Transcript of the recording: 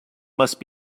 must